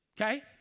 okay